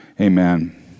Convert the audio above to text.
Amen